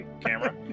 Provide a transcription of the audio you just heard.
camera